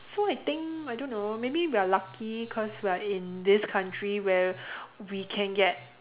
so I think I don't know maybe we're lucky cause we're in this country where we can get